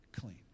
clean